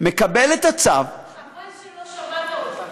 מקבל את הצו, חבל שלא שמעת אותם.